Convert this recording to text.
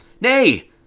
nay